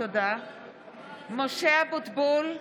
(קוראת בשמות חברי הכנסת) משה אבוטבול,